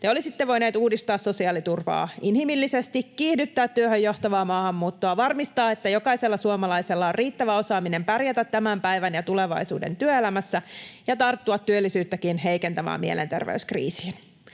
te olisitte voineet uudistaa sosiaaliturvaa inhimillisesti, kiihdyttää työhön johtavaa maahanmuuttoa, varmistaa, että jokaisella suomalaisella on riittävä osaaminen pärjätä tämän päivän ja tulevaisuuden työelämässä ja tarttua työllisyyttäkin heikentävään mielenterveyskriisiin.